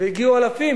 וכל יום הגיעו אלפים.